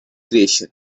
creation